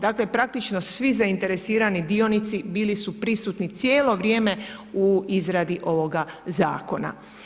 Dakle, praktično, svi zainteresirani sudionici bili su prisutni cijelo vrijeme u izradi ovoga zakona.